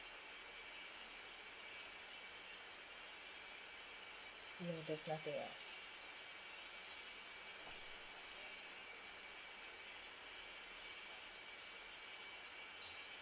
mm there's nothing else